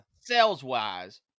sales-wise